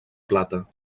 plata